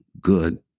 good